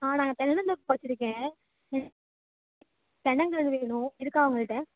ஆ நாங்கள் தென்னந்தோப்பு வச்சிருக்கேன் ம் தென்னங்கன்று வேணும் இருக்கா உங்கள்கிட்ட